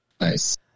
nice